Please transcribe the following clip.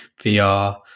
VR